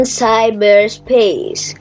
cyberspace